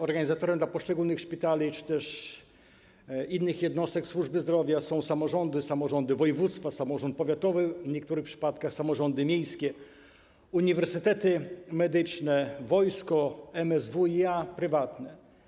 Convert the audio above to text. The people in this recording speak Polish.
Organizatorem dla poszczególnych szpitali czy też innych jednostek służby zdrowia są samorządy: samorządy województwa, samorząd powiatowy, w niektórych przypadkach samorządy miejskie, uniwersytety medyczne, wojsko, MSWiA, prywatne.